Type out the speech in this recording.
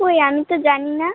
কই আমি তো জানি না